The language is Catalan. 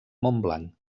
montblanc